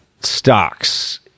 stocks